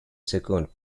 second